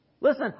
Listen